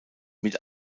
mit